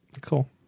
Cool